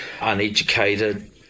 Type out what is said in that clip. uneducated